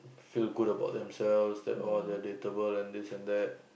feel good about themselves that oh they're date-able and this and that